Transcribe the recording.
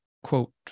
quote